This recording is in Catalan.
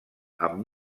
amb